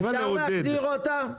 אפשר להחזיר אותה בזום?